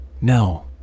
No